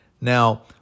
Now